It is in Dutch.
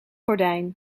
gordijn